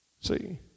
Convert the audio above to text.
See